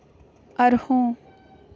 ᱟᱨᱦᱚᱸ